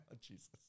Jesus